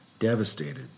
Devastated